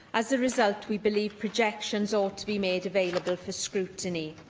as a result, we believe projections ought to be made available for scrutiny.